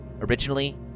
Originally